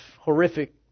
horrific